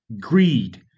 greed